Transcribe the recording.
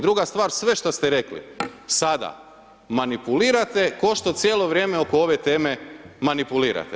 Druga stvar, sve što ste rekli sada, manipulirate, košto cijelo vrijeme oko ove teme manipulirate.